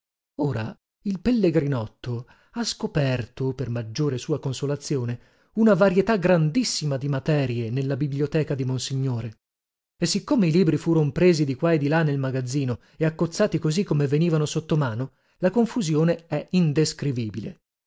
ora il pellegrinotto ha scoperto per maggior sua consolazione una varietà grandissima di materie nella biblioteca di monsignore e siccome i libri furon presi di qua e di là nel magazzino e accozzati così come venivano sotto mano la confusione è indescrivibile